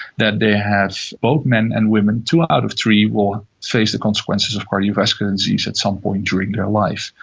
that they have, both men and women, two out of three will face the consequences of cardiovascular disease at some point during their life.